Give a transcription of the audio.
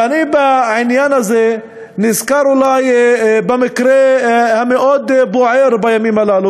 ואני בעניין הזה נזכר אולי במקרה המאוד-בוער בימים הללו,